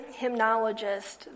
hymnologist